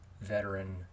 veteran